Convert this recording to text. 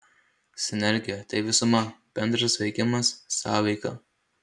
sinergija tai visuma bendras veikimas sąveika